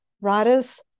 writers